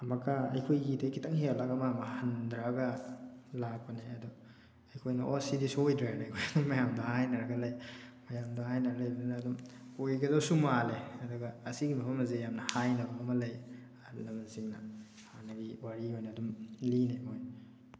ꯑꯃꯨꯛꯀ ꯑꯩꯈꯣꯏꯒꯤꯗꯩ ꯈꯤꯇꯪ ꯍꯦꯜꯂꯒ ꯃꯥ ꯑꯃꯨꯛ ꯍꯟꯊꯔꯒ ꯂꯥꯛꯄꯅꯦ ꯑꯗ ꯑꯩꯈꯣꯏꯅ ꯑꯣ ꯁꯤꯗꯤ ꯁꯣꯏꯗ꯭ꯔꯦꯅ ꯑꯩꯈꯣꯏ ꯑꯗꯨꯝ ꯃꯌꯥꯝꯗꯣ ꯍꯥꯏꯅꯔꯒ ꯂꯩ ꯃꯌꯥꯝꯗꯣ ꯍꯥꯏꯅꯔꯒ ꯂꯩꯕꯗꯨꯅ ꯑꯗꯨꯝ ꯑꯣꯏꯒꯗꯧꯁꯨ ꯃꯥꯜꯂꯦ ꯑꯗꯨꯒ ꯑꯁꯤꯒꯤ ꯃꯐꯝ ꯑꯁꯤ ꯌꯥꯝꯅ ꯍꯥꯏꯅꯕ ꯑꯃ ꯂꯩ ꯑꯍꯜ ꯂꯃꯟꯁꯤꯡꯅ ꯍꯥꯟꯅꯒꯤ ꯋꯥꯔꯤ ꯑꯣꯏꯅ ꯑꯗꯨꯝ ꯂꯤꯅꯩ ꯑꯩꯈꯣꯏ